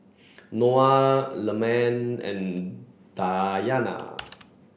Noah Leman and Dayana